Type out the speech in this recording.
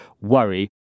worry